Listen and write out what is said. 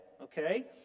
Okay